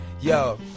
yo